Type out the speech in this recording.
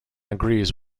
agrees